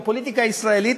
בפוליטיקה הישראלית,